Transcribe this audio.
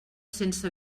sense